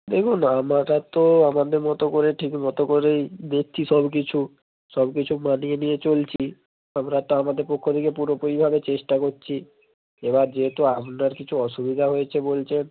দেখুন আমরা তো আমাদের মতো করে ঠিক মতো করেই দেখছি সব কিছু সব কিছু মানিয়ে নিয়ে চলছি তারপরে একটা আমরা আমাদের পক্ষ থেকে পুরোপুরিভাবে চেষ্টা করছি এবার যেহেতু আপনার কিছু অসুবিধা হয়েছে বলছেন